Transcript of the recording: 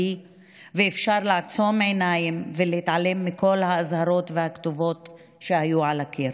ושאפשר לעצום עיניים ולהתעלם מכל האזהרות והכתובות שהיו על הקיר.